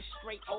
Straight